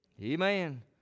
amen